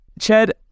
Chad